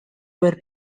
haber